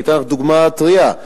אתן לך דוגמה טרייה.